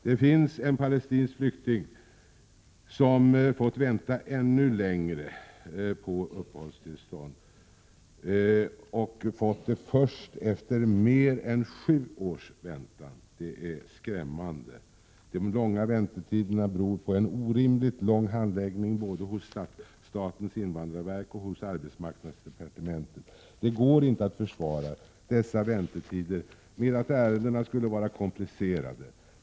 Det finns en palestinsk flykting som har fått vänta ännu längre på uppehållstillstånd. Han har fått det först efter mer än 7 års väntan. Detta är skrämmande. De långa väntetiderna beror på en orimligt långsam handläggning både vid statens invandrarverk och i arbetsmarknadsdepartementet. Det går inte att försvara dessa väntetider med att ärendena skulle vara komplicerade.